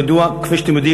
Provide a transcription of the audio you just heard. כפי שאתם יודעים,